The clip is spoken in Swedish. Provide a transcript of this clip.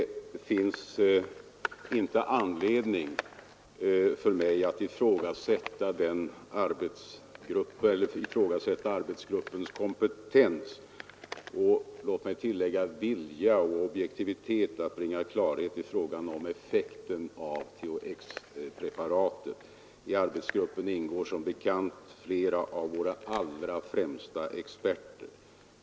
Herr talman! Det finns inte anledning för mig att ifrågasätta arbetsgruppens kompetens och, låt mig tillägga det, vilja och objektivitet när det gäller att bringa klarhet i frågan om effekten av THX-preparat. I arbetsgruppen ingår som bekant flera av våra allra främsta medicinska experter.